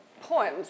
poems